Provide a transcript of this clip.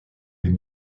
des